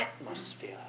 atmosphere